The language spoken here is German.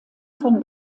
von